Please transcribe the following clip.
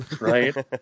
right